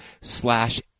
slash